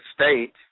state